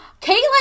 Caitlyn